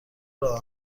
راه